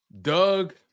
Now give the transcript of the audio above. Doug